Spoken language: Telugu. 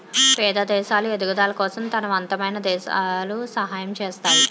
పేద దేశాలు ఎదుగుదల కోసం తనవంతమైన దేశాలు సహాయం చేస్తాయి